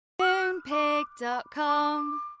Moonpig.com